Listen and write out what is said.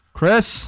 Chris